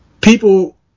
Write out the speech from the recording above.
People